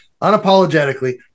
unapologetically